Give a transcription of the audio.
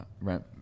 rent